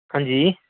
ہاں جی